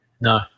No